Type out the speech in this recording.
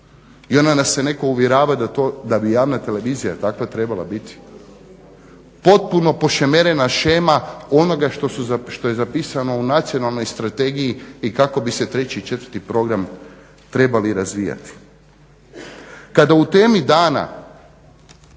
i onda nas netko uvjerava da bi javna televizija takva trebala biti? Potpuno pošemerena shema onoga što je zapisano u nacionalnoj strategiji i kako bi se 3.i 4.program trebali razvijati. Kada u "Temi dana"